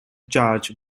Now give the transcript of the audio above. charge